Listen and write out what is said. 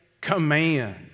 command